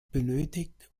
benötigt